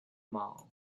mall